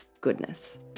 goodness